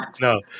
No